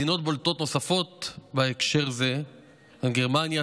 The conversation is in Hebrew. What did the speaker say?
מדינות בולטות נוספות בהקשר זה הן גרמניה,